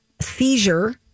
seizure